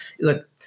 look